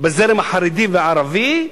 בזרם החרדי והערבי,